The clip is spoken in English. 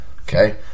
Okay